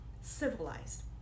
civilized